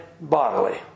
bodily